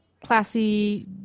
classy